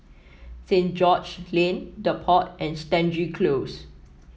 Saint George's Lane The Pod and Stangee Close